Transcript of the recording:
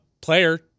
player